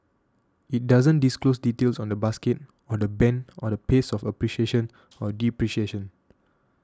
it doesn't disclose details on the basket or the band or the pace of appreciation or depreciation